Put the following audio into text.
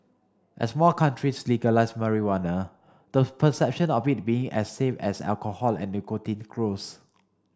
as more countries legalise marijuana those perception of it being as safe as alcohol and nicotine grows